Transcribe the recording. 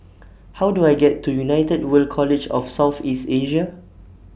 How Do I get to United World College of South East Asia